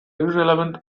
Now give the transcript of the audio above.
irrelevant